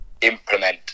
implement